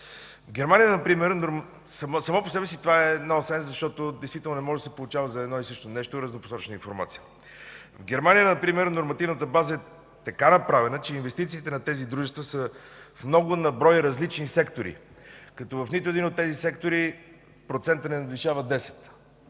В Германия например нормативната база е така направена, че инвестициите на тези дружества са в много на брой различни сектори, като в нито един от тях процентът не надвишава 10%